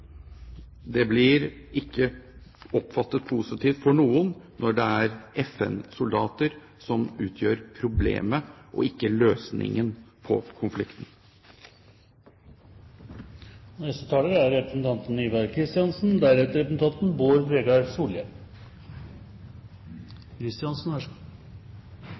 Det blir ikke oppfattet positivt for noen når det er FN-soldater som utgjør problemet, og ikke løsningen på konflikten. Det er en viktig interpellasjon som tas opp i dag, men det er